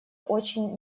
очень